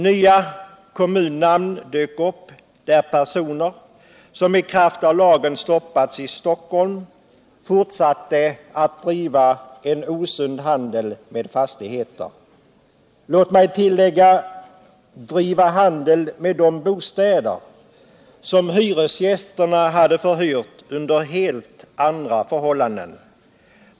Nya kommunnamn dök upp, och personer, som i kraft av lagen stoppats i Stockholm, fortsatte att driva en osund handel med fastigheter i andra kommuner-.— Jåt mig tillägga: driva handel med de bostäder som hyresgästerna hade förhyrt under helt andra förhållanden.